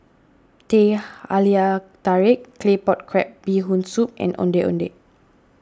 Teh Halia Tarik Claypot Crab Bee Hoon Soup and Ondeh Ondeh